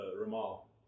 ramal